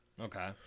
Okay